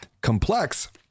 complex